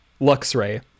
Luxray